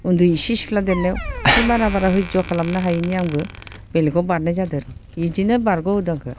उन्दै एसे सिख्ला देरनायाव ओमफ्राय बारा बारा हयज्ज' खालामनो हायिनि आंबो बेलेगाव बारनाय जादों आरोखि बिदिनो बारग' होदों आंखौ